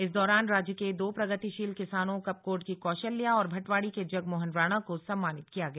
इस दौरान राज्य के दो प्रगतिशील किसानों कपकोट की कौशल्या और भटवाड़ी के जगमोहन राणा को सम्मानित किया गया